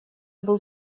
был